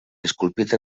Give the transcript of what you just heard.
esculpit